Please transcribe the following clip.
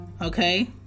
okay